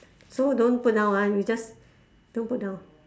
so don't put down ah you just don't put down